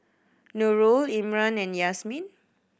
Nurul Imran and Yasmin